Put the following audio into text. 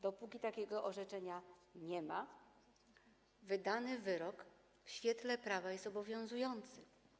Dopóki takiego orzeczenia nie ma, wydany wyrok w świetle prawa jest obowiązujący.